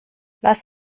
lass